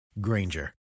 Granger